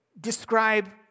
describe